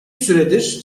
süredir